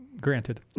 Granted